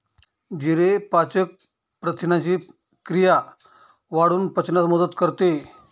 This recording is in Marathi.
जिरे पाचक प्रथिनांची क्रिया वाढवून पचनास मदत करते